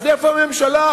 אז איפה הממשלה?